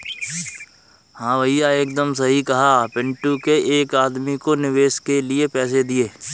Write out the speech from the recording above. हां भैया एकदम सही कहा पिंटू ने एक आदमी को निवेश के लिए पैसे दिए